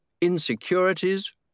insecurities